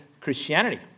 Christianity